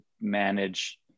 manage